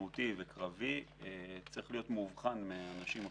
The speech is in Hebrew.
משמעותי וקרבי, צריך להיות מובחן מאנשים אחרים.